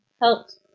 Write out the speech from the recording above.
helped